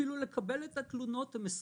אפילו לקבל את התלונות הם מסרבים,